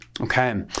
Okay